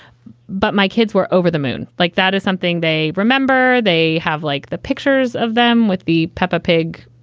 but my kids were over-the-moon like that is something they remember. they have like the pictures of them with the peppa pig.